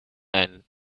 and